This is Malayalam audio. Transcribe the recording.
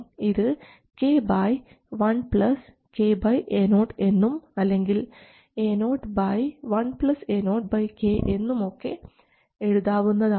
ഇത് k 1 k Ao എന്നും അല്ലെങ്കിൽ Ao 1 Ao k എന്നും ഒക്കെ എഴുതാവുന്നതാണ്